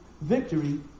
Victory